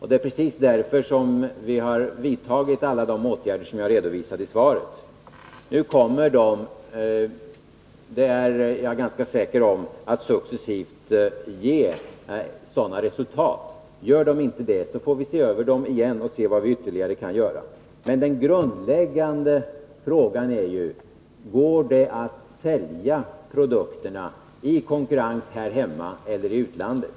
Det är precis därför vi har vidtagit alla de åtgärder som jag redovisat i svaret. Nu kommer de — det är jag ganska säker på — att successivt ge sådana resultat. Gör de inte det får vi se över dem igen och se vad vi ytterligare kan göra. Men den grundläggande frågan är: Går det att sälja produkterna i konkurrens här hemma eller i utlandet?